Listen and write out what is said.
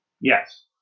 Yes